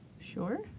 Sure